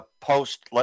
post